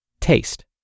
taste